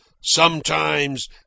Sometimes